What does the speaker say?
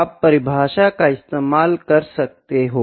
आप परिभाषा का इस्तेमाल कर सकते हो